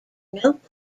notebook